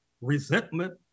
resentment